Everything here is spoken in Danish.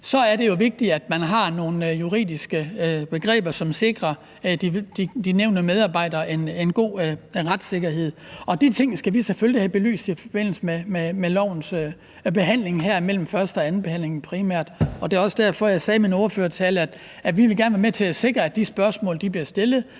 så er det jo vigtigt, at man har nogle juridiske begreber, som sikrer de nævnte medarbejdere en god retssikkerhed. Og de ting skal vi selvfølgelig have belyst i forbindelse med lovforslagets behandling her – primært mellem første og anden behandling. Og det er også derfor, at jeg sagde i min ordførertale, at vi gerne vil være med til at sikre, at de spørgsmål bliver stillet,